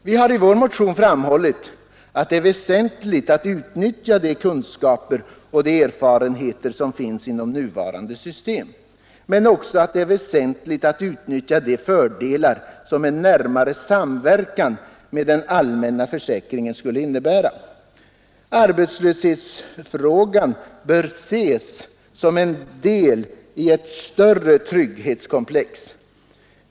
Vi har i vår motion framhållit att det är väsentligt att utnyttja de kunskaper och erfarenheter som finns inom nuvarande system, men också att det är väsentligt att utnyttja de fördelar som en närmare samverkan med den allmänna försäkringen skulle innebära. Arbetslöshetsfrågan bör ses som en del i ett större trygghetskomplex.